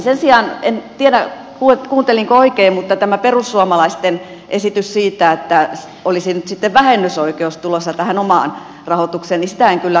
sen sijaan en tiedä kuuntelinko oikein tätä perussuomalaisten esitystä siitä että olisi nyt sitten vähennysoikeus tulossa tähän omaan rahoitukseen en kyllä kannata